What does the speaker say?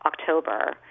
October